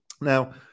Now